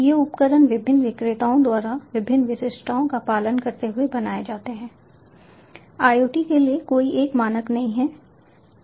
ये उपकरण विभिन्न विक्रेताओं द्वारा विभिन्न विशिष्टताओं का पालन करते हुए बनाए जाते हैं IOT के लिए कोई एक मानक नहीं है